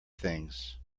things